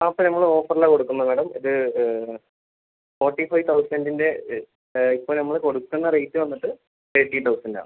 ഒക്കെ നമ്മൾ ഓഫറിലാണ് കൊടുക്കുന്നത് മാഡം ഇത് ഫോർട്ടി ഫൈവ് തൗസൻ്റിൻ്റെ ഇപ്പം നമ്മൾ കൊടുക്കുന്ന റേറ്റ് വന്നിട്ട് തേർട്ടി തൗസൻ്റ് ആണ്